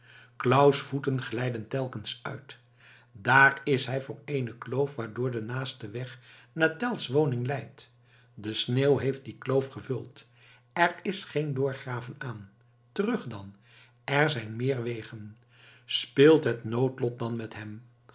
claus voeten glijden telkens uit daar is hij voor eene kloof waardoor de naaste weg naar tell's woning leidt de sneeuw heeft die kloof gevuld er is geen doorgraven aan terug dan er zijn meer wegen speelt het noodlot dan met hem